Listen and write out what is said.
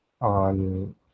on